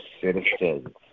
citizens